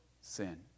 sin